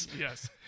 Yes